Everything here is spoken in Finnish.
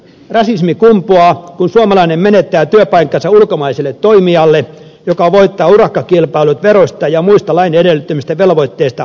rasismi kumpuaa kun suomalainen menettää työpaikkansa ulkomaiselle toimijalle joka voittaa urakkakilpailut veroista ja muista lain edellyttämistä velvoitteista vapailla passeilla